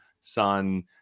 sun